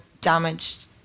damaged